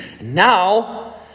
Now